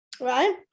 right